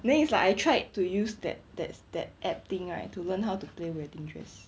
then it's like I tried to use that that's that app thing right to learn how to play wedding dress